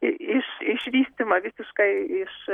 i iš išvystymą visišką iš